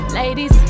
ladies